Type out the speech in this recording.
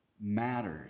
matters